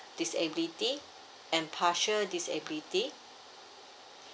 disability and partial disability